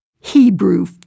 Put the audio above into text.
Hebrew